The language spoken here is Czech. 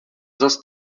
zas